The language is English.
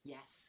Yes